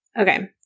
Okay